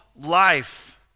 life